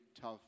tough